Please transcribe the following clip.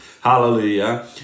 hallelujah